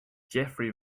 jeffery